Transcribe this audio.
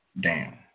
Down